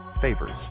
favors